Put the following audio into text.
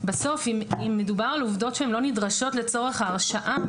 אם מדובר על עובדות שהן לא נדרשות לצורך ההרשעה,